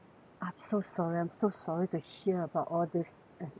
I'm so sorry I'm so sorry to hear about all this uh you know